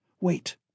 Wait